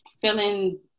feeling